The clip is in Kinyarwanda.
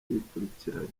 yikurikiranya